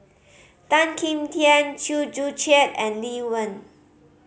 Tan Kim Tian Chew Joo Chiat and Lee Wen